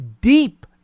deep